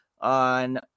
on